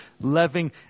living